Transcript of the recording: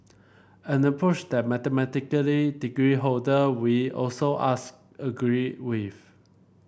an approach that a mathematic degree holder we also asked agree with